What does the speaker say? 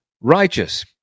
righteous